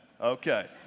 Okay